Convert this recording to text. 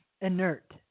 inert